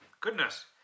goodness